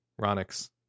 Ronix